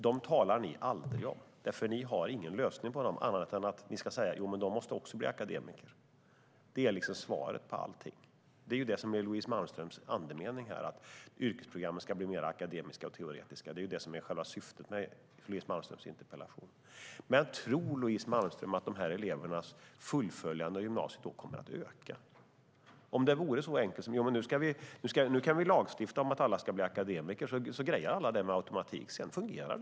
Ni har nämligen ingen annan lösning än att säga att de också måste bli akademiker. Det är svaret på allting. Louise Malmströms andemening är att yrkesprogrammen ska bli mer akademiska och teoretiska. Det är själva syftet med Louise Malmströms interpellation. Tror Louise Malmström att dessa elevers fullföljande av gymnasiet kommer att öka? Tänk om det vore så enkelt att vi kunde lagstifta om att alla ska bli akademiker, att alla grejar detta per automatik och att det sedan fungerar så.